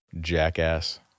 Jackass